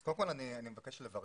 אני קודם כל מבקש לברך.